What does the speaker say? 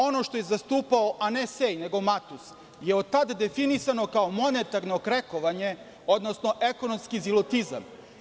Ono što je zastupao, a ne Sej, nego Matus, je od tada definisano kao monetarno krekovanje, odnosno ekonomski zilotizam.